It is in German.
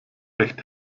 recht